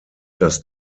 das